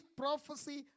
prophecy